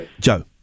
Joe